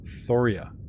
Thoria